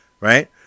Right